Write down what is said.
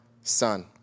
son